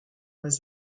was